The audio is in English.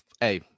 hey